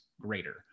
greater